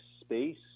space